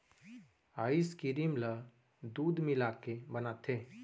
ice cream ल दूद मिलाके बनाथे